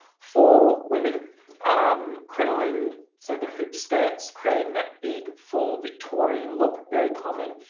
for women um crinoline so the hooped skirts creating that big full victorian look, very common.